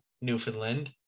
Newfoundland